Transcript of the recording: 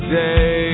day